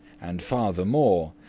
and farthermore,